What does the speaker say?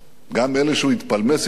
גם אלה שהוא התפלמס אתם,